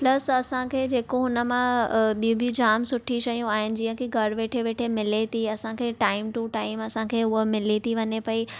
pulse असां खे जेको हुन मां ॿी बि जाम सुठी शयूं आहिनि जीअं की घर वेठे वेठे मिले थी असां खे टाइम टू टाइम असां खे हूअ मिली थी वञे पई